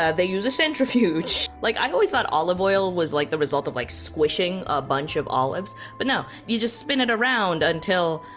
ah they use a centrifuge. like i always thought olive oil was like the result of like squishing a bunch of olives, but no, you just spin it around until